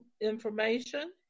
information